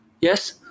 Yes